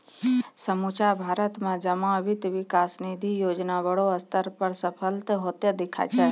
समुच्चा भारत मे जमा वित्त विकास निधि योजना बड़ो स्तर पे सफल होतें देखाय छै